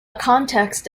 context